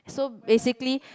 so basically